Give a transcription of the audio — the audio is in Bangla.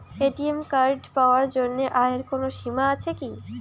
এ.টি.এম কার্ড পাওয়ার জন্য আয়ের কোনো সীমা আছে কি?